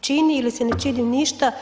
čini ili se ne čini ništa.